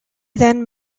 then